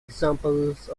examples